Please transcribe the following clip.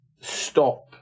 stop